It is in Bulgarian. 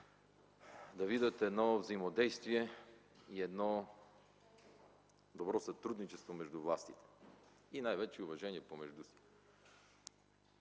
да види едно взаимодействие и добро сътрудничество между властите, и най-вече уважение помежду си.